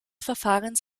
verfahrens